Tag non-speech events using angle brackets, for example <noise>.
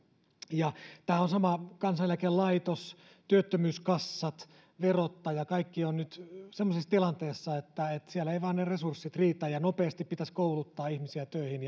tässä on sama kansaneläkelaitos työttömyyskassat verottaja kaikki ovat nyt sellaisessa tilanteessa että siellä eivät vain ne resurssit riitä ja nopeasti pitäisi kouluttaa ihmisiä töihin <unintelligible>